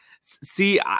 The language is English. see